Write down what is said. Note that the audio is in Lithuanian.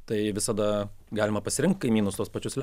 tai visada galima pasirinkt kaimynus tuos pačius